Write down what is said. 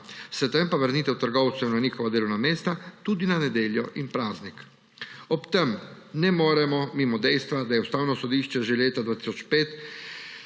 s tem pa vrnitev trgovcev na njihova delovna mesta tudi na nedeljo in praznik. Ob tem ne moremo mimo dejstva, da je Ustavno sodišče že leta 2005